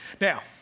Now